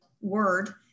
word